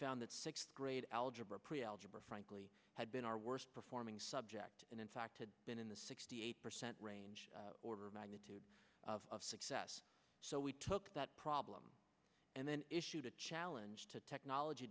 found that sixth grade algebra pre algebra frankly had been our worst performing subject and in fact had been in the sixty eight percent range order of magnitude of success so we took that problem and then issued a challenge to technology